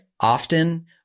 often